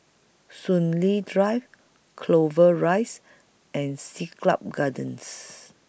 Soon Lee Drive Clover Rise and Siglap Gardens